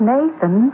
Nathan